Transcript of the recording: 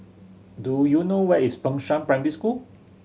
do you know where is Fengshan Primary School